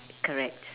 correct